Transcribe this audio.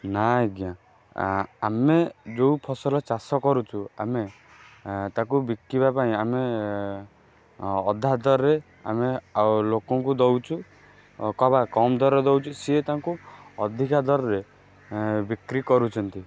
ନା ଆଜ୍ଞା ଆମେ ଯୋଉ ଫସଲ ଚାଷ କରୁଛୁ ଆମେ ତାକୁ ବିକିବା ପାଇଁ ଆମେ ଅଧା ଦରରେ ଆମେ ଲୋକଙ୍କୁ ଦେଉଛୁ କମ୍ ଦରରେ ଦେଉଛୁ ସିଏ ତାଙ୍କୁ ଅଧିକା ଦରରେ ବିକ୍ରି କରୁଛନ୍ତି